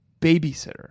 babysitter